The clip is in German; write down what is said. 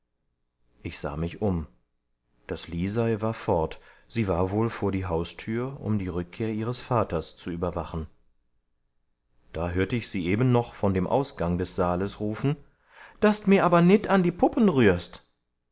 ich sah mich um das lisei war fort sie war wohl vor die haustür um die rückkehr ihres vaters zu überwachen da hörte ich sie eben noch von dem ausgang des saales rufen daß d mir aber nit an die puppen rührst